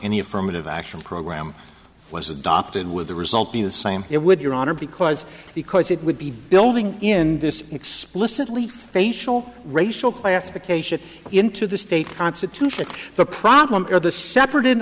any affirmative action program was adopted with the result being the same it would your honor because because it would be building in this explicitly facial racial classification into the state constitution the problem or the sep